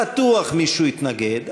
בטוח מישהו יתנגד,